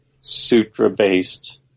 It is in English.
sutra-based